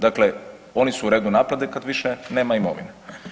Dakle, oni su u redu naplate kad više nema imovine.